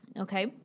Okay